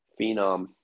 phenom